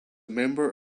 member